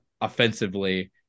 offensively